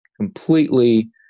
completely